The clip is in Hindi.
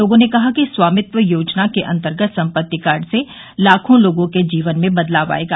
लोगों ने कहा कि स्वामित्व योजना के अंतर्गत सम्पत्ति कार्ड से लाखों लोगों के जीवन में बदलाव आयेगा